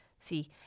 see